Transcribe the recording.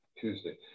Tuesday